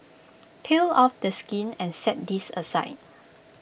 peel off the skin and set this aside